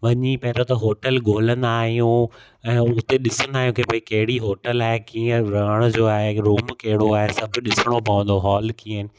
वञी पहिरों त होटल ॻोल्हंदा आहियूं ऐं हुते ॾिसंदा आहियूं कि भई कहिड़ी होटल आहे कीअं रहण जो आहे रूम कहिड़ो आहे सभु ॾिसणो पवंदो हॉल कीअं